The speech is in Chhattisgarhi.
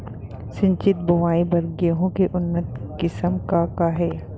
सिंचित बोआई बर गेहूँ के उन्नत किसिम का का हे??